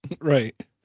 Right